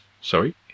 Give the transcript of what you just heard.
Sorry